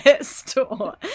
store